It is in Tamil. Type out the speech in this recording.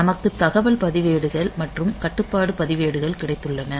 நமக்கு தகவல் பதிவேடுகள் மற்றும் கட்டுப்பாட்டு பதிவேடுகள் கிடைத்துள்ளன